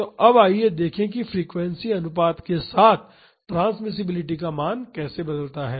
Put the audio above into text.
तो अब आइए देखें कि फ्रीक्वेंसी अनुपात के साथ ट्रांसमिसिबिलिटी का मान कैसे बदलता है